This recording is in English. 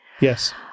Yes